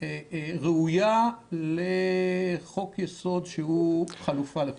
ראויה לחוק יסוד שהוא חלופה לחוקה.